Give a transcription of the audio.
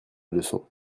leçon